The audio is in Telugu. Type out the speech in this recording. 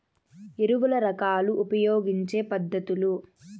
ఎరువుల రకాలు ఉపయోగించే పద్ధతులు?